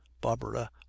Barbara